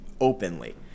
openly